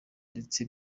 ndetse